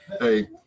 Hey